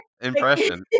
impression